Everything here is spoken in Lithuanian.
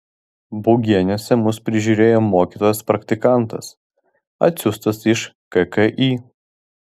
bugeniuose mus prižiūrėjo mokytojas praktikantas atsiųstas iš kki